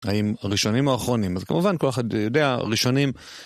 האם ראשונים או אחרונים, אז כמובן, כל אחד יודע, ראשונים.